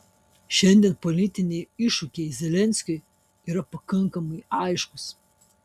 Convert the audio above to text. šiandien politiniai iššūkiai zelenskiui yra pakankamai aiškūs